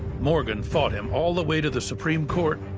morgan fought him all the way to the supreme court,